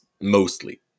mostly